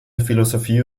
philosophie